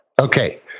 Okay